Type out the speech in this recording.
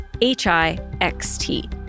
H-I-X-T